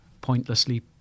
pointlessly